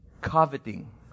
coveting